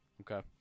okay